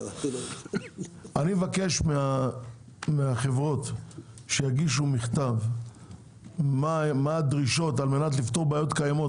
אני מבקש מהחברות שיגישו מכתב מה הדרישות כדי לפתור בעיות קיימות.